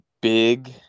big